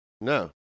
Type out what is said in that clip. no